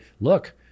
look